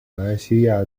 马来西亚